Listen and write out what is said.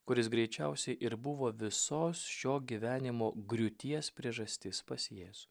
kuris greičiausiai ir buvo visos šio gyvenimo griūties priežastis pas jėzų